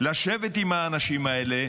לשבת עם האנשים האלה.